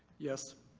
yes.